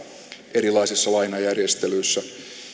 erilaisissa lainajärjestelyissä